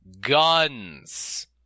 guns